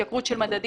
התייקרות של מדדים,